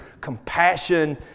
compassion